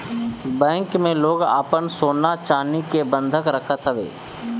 bank में लोग आपन सोना चानी के बंधक रखत हवे